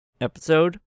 episode